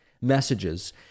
messages